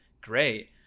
great